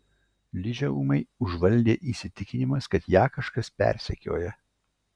ližę ūmai užvaldė įsitikinimas kad ją kažkas persekioja